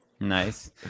Nice